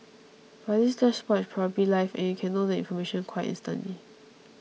but this dashboard is probably live and you can know information quite instantly